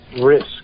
risk